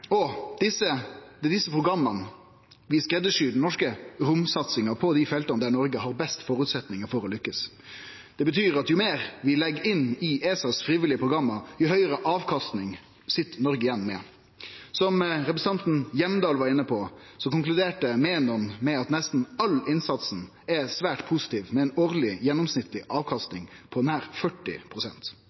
til desse programma vi skreddarsyr den norske romsatsinga på dei felta der Noreg har best føresetnader for å lykkast. Det betyr at jo meir vi legg inn i ESAs frivillige program, desto høgare avkastning sit Noreg igjen med. Som representanten Hjemdal var inne på, konkluderte Menon med at nesten all innsatsen er svært positiv, med ei årleg, gjennomsnittleg avkastning på nær